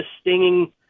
stinging